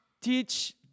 teach